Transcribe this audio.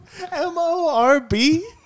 M-O-R-B